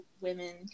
women